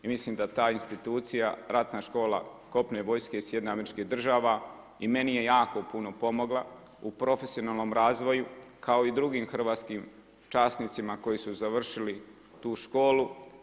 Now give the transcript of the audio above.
I mislim da ta institucija Ratna škola kopnene vojske iz SAD-a i meni je jako puno pomogla u profesionalnom razvoju kao i drugim hrvatskim časnicima koji su završili tu školu.